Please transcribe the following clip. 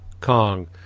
Kong